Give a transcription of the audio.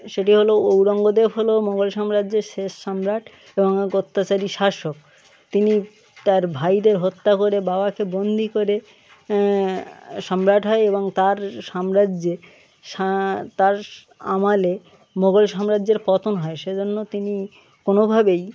সেটি হলো ঔরঙ্গজেব হলো মোঘল সাম্রাজ্যের শেষ সম্রাট এবং অত্যাচারী শাসক তিনি তার ভাইদের হত্যা করে বাবাকে বন্দি করে সম্রাট হয় এবং তার সাম্রাজ্যে সা তার আমলে মোগল সাম্রাজ্যের পতন হয় সেই জন্য তিনি কোনোভাবেই